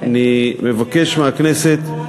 אני מבקש מהכנסת,